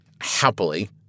Happily